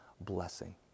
blessing